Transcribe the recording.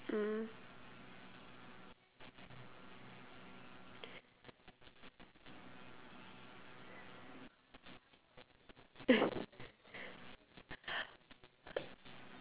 mmhmm